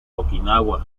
okinawa